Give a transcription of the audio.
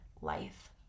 life